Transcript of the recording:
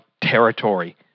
territory